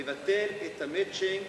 לביטול ה"מצ'ינג"